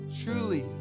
truly